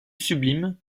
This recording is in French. sublime